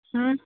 ಹ್ಞೂ